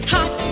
Hot